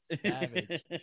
Savage